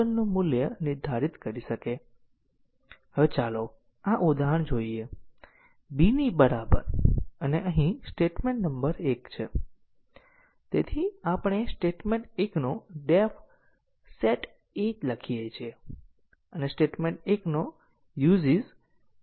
તેથી આપેલ પ્રોગ્રામને સ્વચાલિત કરવું સરળ રહેશે અમે કંટ્રોલ ફલોનો આલેખ સરળતાથી દોરી શકીએ છીએ અને કંટ્રોલ ફલો ગ્રાફમાંથી તમે નોડ ના વત્તા 2 ની ધારની સંખ્યાની ગણતરી કરી શકો છો જે સાયક્લોમેટિક મેટ્રિક આપશે